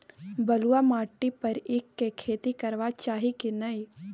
बलुआ माटी पर ईख के खेती करबा चाही की नय?